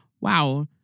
Wow